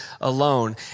alone